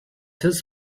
his